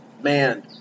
Man